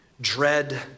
dread